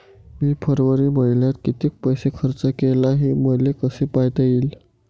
मी फरवरी मईन्यात कितीक पैसा खर्च केला, हे मले कसे पायता येईल?